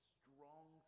strong